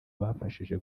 bafashije